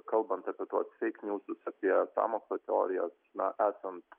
kalbant apie tuos feikniūsus apie sąmokslo teorijas na esant